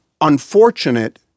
unfortunate